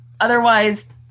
Otherwise